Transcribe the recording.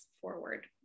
forward